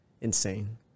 insane